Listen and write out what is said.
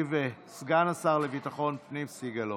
ישיב סגן השר לביטחון הפנים סגלוביץ'.